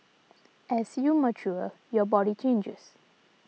as you mature your body changes